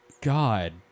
God